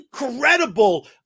incredible